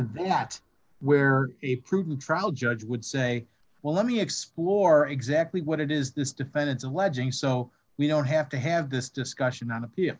that where a prudent trial judge would say well let me explore exactly what it is this defendant's alleging so we don't have to have this discussion on appeal